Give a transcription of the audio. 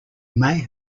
may